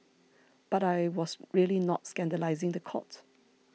but I was really not scandalising the court